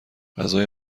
غذای